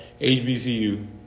HBCU